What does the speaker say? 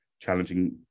challenging